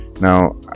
now